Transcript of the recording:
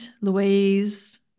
Louise